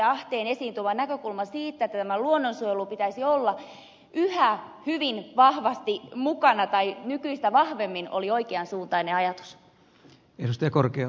ahteen esiin tuoma näkökulma siitä että tämän luonnonsuojelun pitäisi olla yhä hyvin vahvasti mukana tai nykyistä vahvemmin oli oikean suuntainen